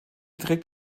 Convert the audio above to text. trägt